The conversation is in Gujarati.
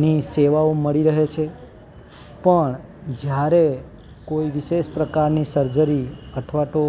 ની સેવાઓ મળી રહે છે પણ જ્યારે કોઈ વિશેષ પ્રકારની સર્જરી અથવા તો